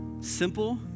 Simple